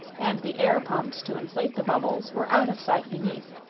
and the air-pumps to inflate the bubbles, were out of sight beneath,